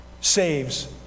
saves